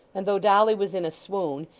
and though dolly was in a swoon,